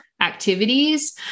Activities